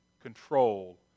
control